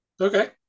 okay